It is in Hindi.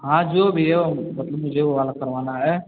हाँ जो भी हो मतलब मुझे वो वाला करवाना है